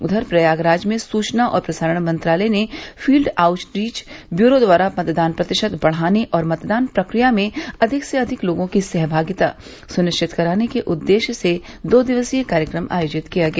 उधर प्रयागराज में सूचना और प्रसारण मंत्रालय ने फील्ड आउटरीच व्यूरो द्वारा मतदान प्रतिशत बढ़ाने और मतदान प्रक्रिया में अधिक से अधिक लोगों की सहभागिता सुनिश्चित कराने के उद्देश्य से दो दिवसीय कार्यक्रम आयोजित किया गया